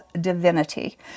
divinity